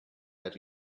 that